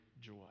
joy